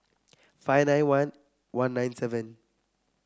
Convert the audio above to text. five nine one one nine seven